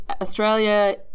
Australia